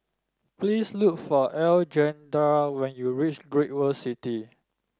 please look for Alejandra when you reach Great World City